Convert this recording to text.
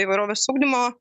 įvairovės ugdymo